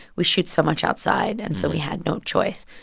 we shoot so much outside, and so we had no choice.